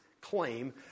claim